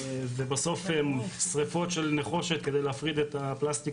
ובסוף שריפות של נחושת כדי להפריד את הפלסטיק